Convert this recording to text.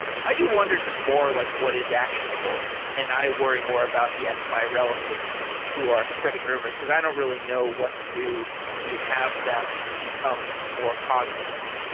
i do wonder just more like what is actionable, and i worry more about, yes, my relatives who are spreading rumors, because i don't really know what to do to have them become more cognizant.